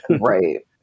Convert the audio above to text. Right